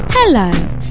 Hello